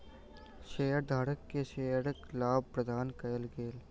शेयरधारक के शेयरक लाभ प्रदान कयल गेल